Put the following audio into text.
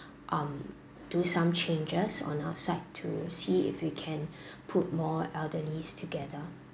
um do some changes on our side to see if we can put more elderlies together